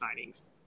signings